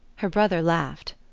her brother laughed.